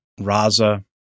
Raza